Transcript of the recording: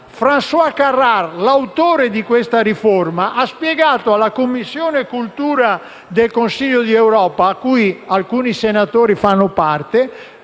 "Francois Carrare", l'autore di questa riforma, ha spiegato alla Commissione cultura del Consiglio d'Europa, di cui alcuni senatori fanno parte,